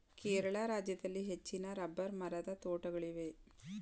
ಕೇರಳ ರಾಜ್ಯದಲ್ಲಿ ಹೆಚ್ಚಿನ ರಬ್ಬರ್ ಮರದ ತೋಟಗಳಿವೆ